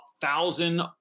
thousand